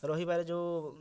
ରହିବାର ଯେଉଁ